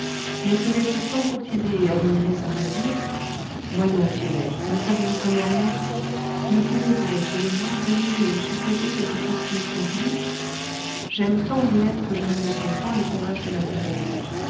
mais se laisser tant courtiser et admirer sans rien dire voyons tiennet ne savez-vous vraiment rien ne pouvez-vous à tout le moins deviner ou supposer quelque chose qui me tranquillise j'aime tant brulette que je ne me sens point le courage de la condamner